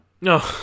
No